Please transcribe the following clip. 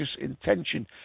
intention